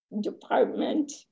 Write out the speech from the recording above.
department